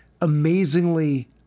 amazingly